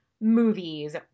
movies